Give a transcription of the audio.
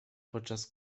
podczas